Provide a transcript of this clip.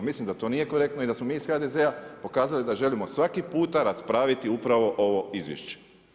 Mislim da to nije korektno i da smo mi iz HDZ-a pokazali da želimo svaki puta raspraviti upravo ovo izvješće.